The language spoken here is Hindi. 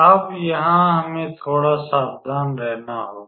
अब यहां हमें थोड़ा सावधान रहना होगा